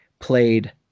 played